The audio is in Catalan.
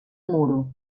muro